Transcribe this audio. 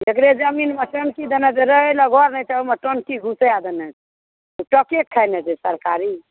जकरे जमीनमे टंकी देने छै रहैत ला घर नहि छै आ ओहिमे टंकी घुसा देने छै टके खाइ नहि छै सरकारी